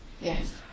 Yes